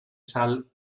sal